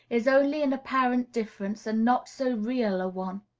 is only an apparent difference, and not so real a one.